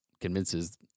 convinces